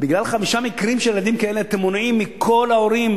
בגלל חמישה מקרים של ילדים כאלה אתם מונעים מכל ההורים,